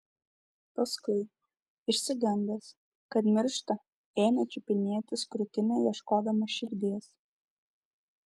paskui išsigandęs kad miršta ėmė čiupinėtis krūtinę ieškodamas širdies